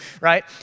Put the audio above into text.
right